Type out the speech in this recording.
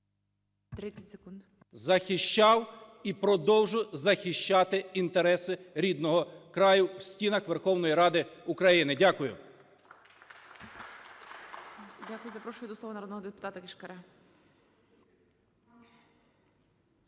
Ю.І. …захищав і продовжу захищати інтереси рідного краю в стінах Верховної Ради України. Дякую. ГОЛОВУЮЧИЙ. Дякую. Запрошую до слова народного депутата Кишкаря.